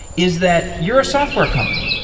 is that you're a software company.